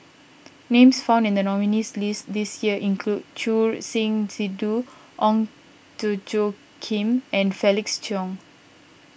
names found in the nominees' list this year include Choor Singh Sidhu Ong Tjoe Kim and Felix Cheong